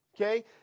Okay